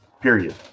period